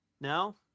No